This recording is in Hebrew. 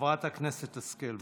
חברת הכנסת השכל,